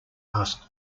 asked